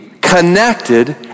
connected